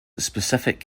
specific